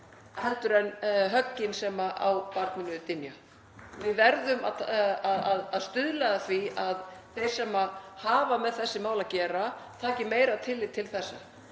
en höggin sem á barninu dynja. Við verðum að stuðla að því að þeir sem hafa með þessi mál að gera taki meira tillit til þessa.